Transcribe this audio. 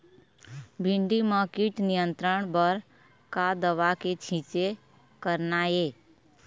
भिंडी म कीट नियंत्रण बर का दवा के छींचे करना ये?